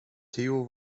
theo